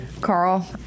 Carl